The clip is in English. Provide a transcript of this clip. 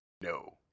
No